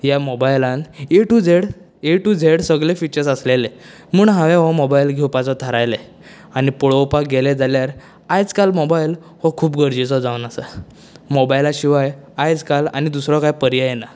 ह्या मोबायलांत A to Z A to Z सगळें फिचर्स आसलेले म्हूण हांवेन हो मोबायल घेवपाचो थारायलें आनीक पळोवपाक गेलें जाल्यार आयज काल मोबायल हो खूब गरजेचो जावन आसा मोबायला शिवाय आयज काल आनी दुसरो कांय पर्यांय ना